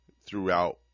throughout